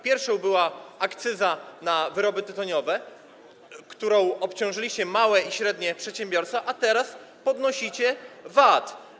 Pierwsza z nich dotyczyła akcyzy na wyroby tytoniowe, którą obciążyliście małe i średnie przedsiębiorstwa, a teraz podnosicie VAT.